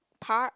park